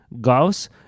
Gauss